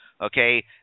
Okay